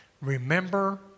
remember